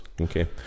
Okay